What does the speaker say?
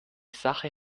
sache